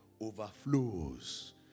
overflows